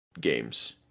games